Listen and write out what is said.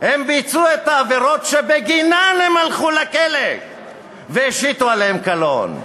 הם ביצעו את העבירות שבגינן הם הלכו לכלא והשיתו עליהם קלון.